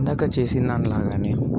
ఇందాక చేసిందాని లాగానే